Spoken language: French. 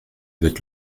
avec